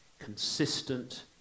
consistent